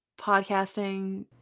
podcasting